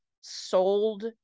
sold